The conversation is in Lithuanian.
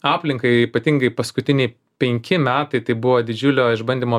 aplinkai ypatingai paskutiniai penki metai tai buvo didžiulio išbandymo